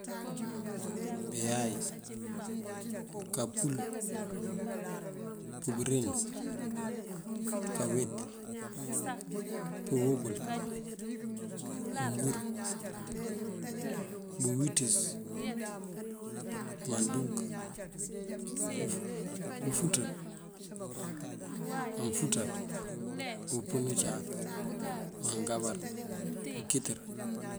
Biyáay, kapύul, pubёrind, kaweet, pёwёbёl, mёngur, bёwiţёs, mandúunk, ufu- unfuţar manfuţar, pёpёn ucáak, mangámbar, mёnkitёrá.